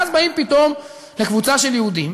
ואז באים פתאום לקבוצה של יהודים